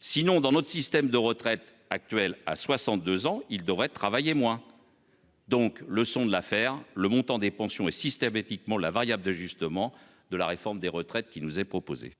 sinon dans notre système de retraite actuel à 62 ans, ils devraient travailler moins. Donc le son de l'affaire, le montant des pensions et systématiquement la variable d'ajustement de la réforme des retraites qui nous est proposé.